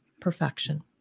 perfection